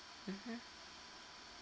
mmhmm